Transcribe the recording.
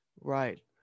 right